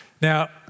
Now